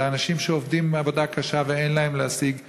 אלה אנשים שעובדים עבודה קשה ואין להם להשיג אוכל,